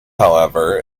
however